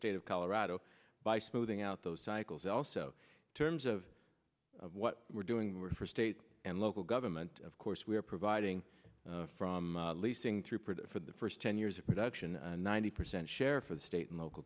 state of colorado by smoothing out those cycles also terms of what we're doing work for state and local government of course we are providing from leasing through for the first ten years of production ninety percent share for the state and local